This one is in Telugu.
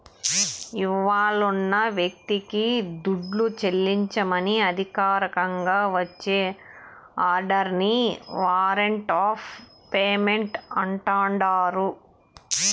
ఇవ్వాలున్న వ్యక్తికి దుడ్డు చెల్లించమని అధికారికంగా వచ్చే ఆర్డరిని వారంట్ ఆఫ్ పేమెంటు అంటాండారు